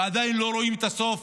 ועדיין לא רואים את הסוף.